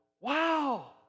Wow